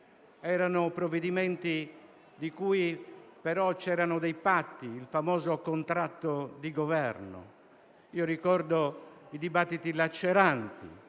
Erano provvedimenti su cui però c'erano patti, il famoso contratto di governo. Ricordo i dibattiti laceranti